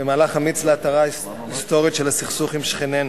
במהלך אמיץ להתרה היסטורית של הסכסוך עם שכנינו.